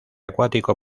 acuático